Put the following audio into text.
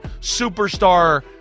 superstar